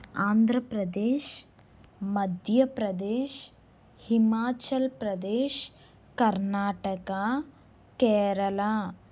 Andhra Pradesh Madhya Pradesh Himachal Pradesh Karnataka Kerala